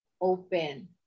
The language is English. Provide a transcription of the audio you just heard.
open